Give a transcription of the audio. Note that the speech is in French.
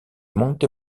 monte